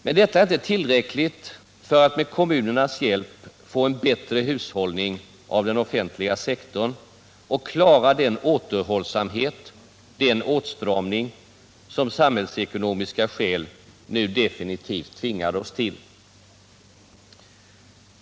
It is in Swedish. Men detta är inte tillräckligt för att med kommunernas hjälp få en bättre hushållning på den offentliga sektorn och klara den återhållsamhet, den åtstramning som samhällsekonomiska skäl nu definitivt tvingar oss till.